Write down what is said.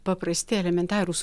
paprasti elementarūs